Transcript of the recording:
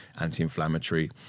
anti-inflammatory